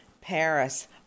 Paris